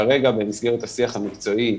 כרגע, במסגרת השיח המקצועי,